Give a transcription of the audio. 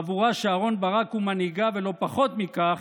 חבורה שאהרן ברק הוא מנהיגה, ולא פחות מכך,